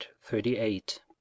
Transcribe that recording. thirty-eight